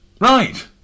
Right